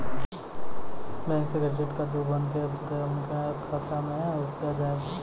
Bank से credit कद्दू बन के बुरे उनके खाता मे रुपिया जाएब?